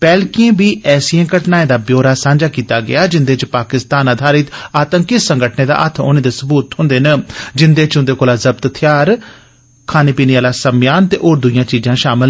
पैहतकिए बी ऐसिण घटनाए दा ब्योरा सांझा कीता गेआ जिंदे च पाकिस्तान आधारित आतंकी संगठने दा हत्थ होने दे सबूत थ्होंदे न जिंदे च उंदे कोला जब्त थेआर खाने पीने आला समेयान ते होर दुइयां चीजां शामल न